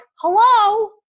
hello